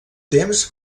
temps